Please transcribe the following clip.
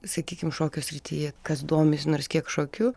sakykim šokio srityje kas domisi nors kiek šokiu